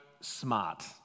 smart